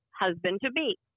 husband-to-be